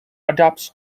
adapts